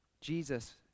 Jesus